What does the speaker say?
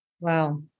Wow